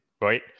Right